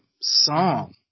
song